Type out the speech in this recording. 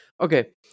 Okay